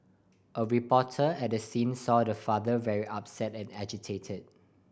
a reporter at the scene saw the father very upset and agitated